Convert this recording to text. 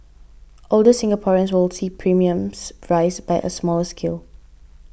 older Singaporeans will see premiums rise by a smaller scale